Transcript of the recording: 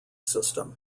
system